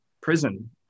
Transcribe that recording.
prison